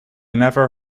never